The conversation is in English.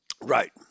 Right